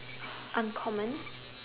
I am common